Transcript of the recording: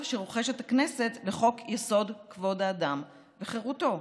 שרוחשת הכנסת לחוק-יסוד: כבוד האדם וחירותו,